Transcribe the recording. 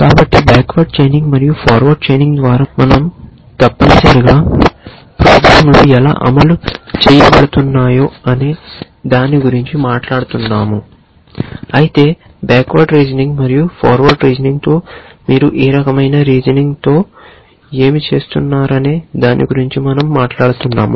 కాబట్టి backward chaining మరియు forward chaining ద్వారా మన০ తప్పనిసరిగా ప్రోగ్రామ్లు ఎలా అమలు చేయ బడుతునయ్యో అనే దాని గురించి మాట్లాడుతున్నాము అయితే బ్యాక్వర్డ్ రీజనింగ్ మరియు ఫార్వర్డ్ రీజనింగ్తో మీరు ఏ రకమైన రీజనింగ్ తో ఏమి చేస్తున్నారనే దాని గురించి మన০ మాట్లాడుతున్నాము